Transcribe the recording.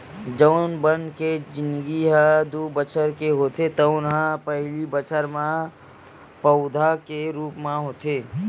जउन बन के जिनगी ह दू बछर के होथे तउन ह पहिली बछर म पउधा के रूप म होथे